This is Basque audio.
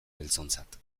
beltzontzat